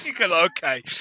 Okay